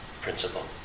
principle